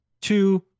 two